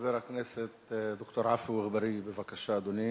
חבר הכנסת ד"ר עפו אגבאריה, בבקשה, אדוני.